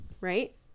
right